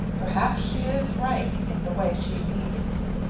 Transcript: perhaps she is right in the way she means.